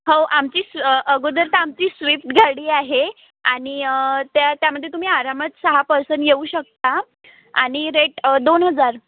हो आमची स् अगोदर तर आमची स्विफ्ट गाडी आहे आनि त्या त्यामध्ये तुम्ही आरामात सहा पर्सन येऊ शकता आणि रेट दोन हजार